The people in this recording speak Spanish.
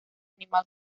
animal